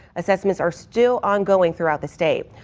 assessments are still ongoing throughout the state.